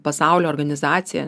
pasaulio organizacija